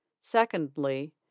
Secondly